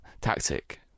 tactic